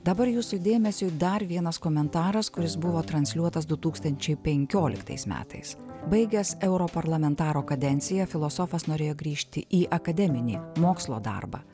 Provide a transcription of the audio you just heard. dabar jūsų dėmesiui dar vienas komentaras kuris buvo transliuotas du tūkstančiai penkioliktais metais baigęs europarlamentaro kadenciją filosofas norėjo grįžti į akademinį mokslo darbą